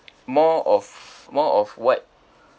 more of more of what